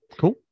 cool